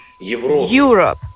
Europe